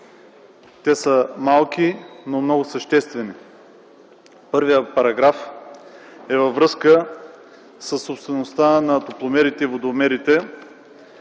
малки, но много съществени. Първият параграф е във връзка със собствеността на топломерите и водомерите,